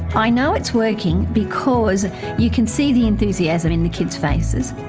i know it's working because you can see the enthusiasm in the kids' faces.